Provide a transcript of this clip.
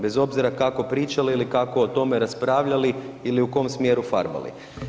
Bez obzira kako pričali ili kao o tome raspravljali ili u kojem smjeru farbali.